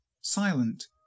silent